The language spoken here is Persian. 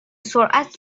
سرعت